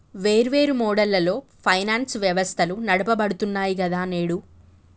వేర్వేరు మోడళ్లలో ఫైనాన్స్ వ్యవస్థలు నడపబడుతున్నాయి గదా నేడు